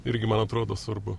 irgi man atrodo svarbu